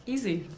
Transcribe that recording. Easy